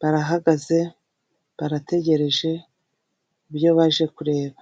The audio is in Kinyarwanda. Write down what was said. barahagaze barategereje ibyo baje kureba.